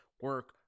Work